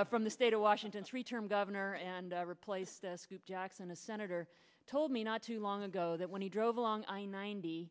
be from the state of washington three term governor and replaced a scoop jackson a senator told me not too long ago that when he drove along i ninety